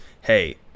hey